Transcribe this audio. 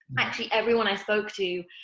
actually everyone i spoke to,